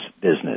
business